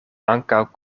ankaŭ